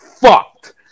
fucked